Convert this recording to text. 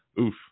Oof